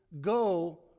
go